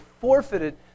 forfeited